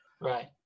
Right